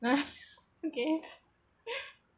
nah okay